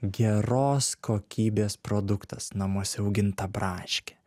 geros kokybės produktas namuose auginta braškė